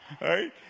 right